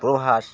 Prabhas